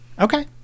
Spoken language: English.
Okay